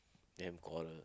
then quarrel